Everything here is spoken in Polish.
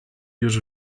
już